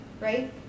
right